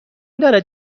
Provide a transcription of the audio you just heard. دارد